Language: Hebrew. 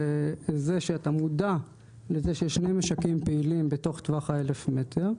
לזה שאתה מודע לזה שיש שני משקים פעילים בתוך טווח ה- 1,000 מטר,